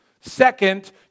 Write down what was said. Second